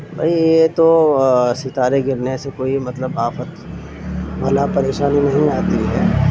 بھائی یہ تو ستارے گرنے سے کوئی مطلب آفت بلا پریشانی نہیں آتی ہے